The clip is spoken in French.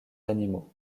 animaux